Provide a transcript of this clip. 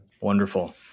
Wonderful